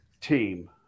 team